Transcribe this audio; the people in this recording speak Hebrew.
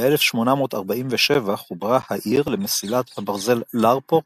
ב-1847 חוברה העיר למסילת הברזל לארפורט,